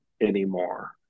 anymore